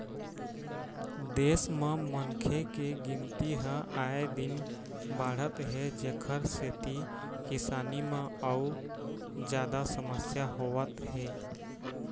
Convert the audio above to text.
देश म मनखे के गिनती ह आए दिन बाढ़त हे जेखर सेती किसानी म अउ जादा समस्या होवत हे